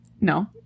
no